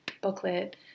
booklet